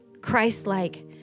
Christ-like